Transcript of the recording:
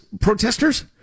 protesters